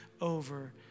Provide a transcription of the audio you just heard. over